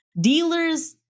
Dealers